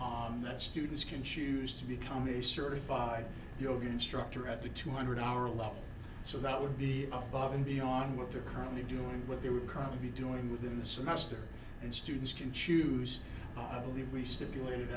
on that students can choose to become a certified yoga instructor at the two hundred hour level so that would be above and beyond what they're currently doing what they were currently doing within the semester and students can choose i believe we stipulated